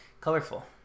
colorful